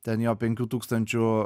ten jo penkių tūkstančių